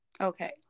Okay